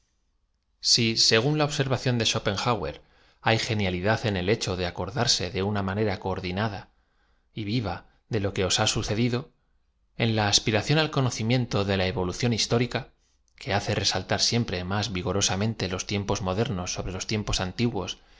si según la observación de schopenhauer h ay ge nialidad en e l hecho de acordarse de una manera coor dinada y v iv a de lo que os ha sucedido en la aspira ción al conocimiento de la evolución histórica que hace resaltar siempre más vigorosam ente los tiempos modernos sobre los tiempos antiguos